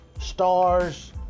stars